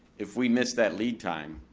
if we miss that lead time,